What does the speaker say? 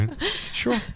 Sure